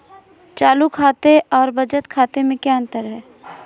चालू खाते और बचत खाते में क्या अंतर है?